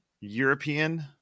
European